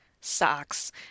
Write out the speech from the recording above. socks